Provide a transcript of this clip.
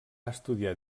estudiar